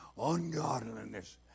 ungodliness